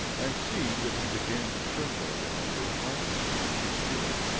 and seeing that he began to tremble under a consciousness of his guilt,